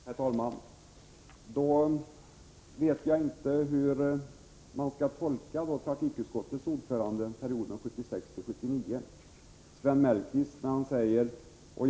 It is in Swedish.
Herr talman! Då vet jag inte hur jag skall tolka trafikutskottets ordförande under perioden 1976-1979, Sven Mellqvist.